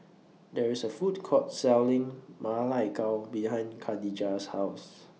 There IS A Food Court Selling Ma Lai Gao behind Kadijah's House